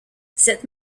cette